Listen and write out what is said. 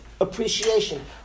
appreciation